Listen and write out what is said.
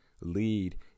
lead